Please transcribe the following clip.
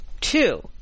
Two